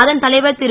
அதன் தலைவர் ரு